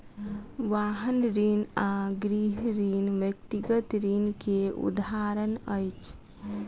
वाहन ऋण आ गृह ऋण व्यक्तिगत ऋण के उदाहरण अछि